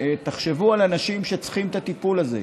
תחשבו על אנשים שצריכים את הטיפול הזה.